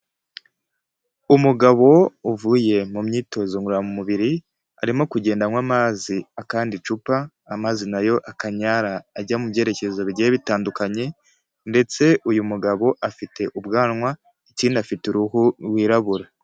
Umugabo uvuye mu myitozo ngororamubiri arimo kugenda anywa amazi akanda icupa, amazi nayo akanyara ajya mu byerekezo bigiye bitandukanye ndetse uyu mugabo afite ubwanwa, ikindi afite uruhu rwirabura.